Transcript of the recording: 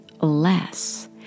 less